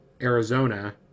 Arizona